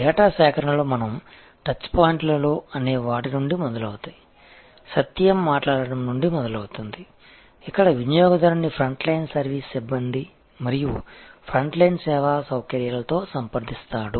data సేకరణలు మనం touch పాయింట్లలో అనే వాటి నుండి మొదలవుతాయి సత్యం మాట్లాడడం నుండి మొదలవుతుంది ఇక్కడ వినియోగదారుని ఫ్రంట్ లైన్ సర్వీస్ సిబ్బంది మరియు ఫ్రంట్ లైన్ సేవా సౌకర్యాలతో సంప్రదిస్తాడు